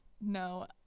No